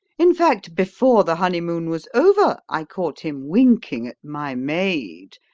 in fact, before the honeymoon was over, i caught him winking at my maid,